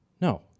No